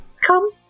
Come